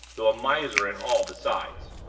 though a miser in all besides.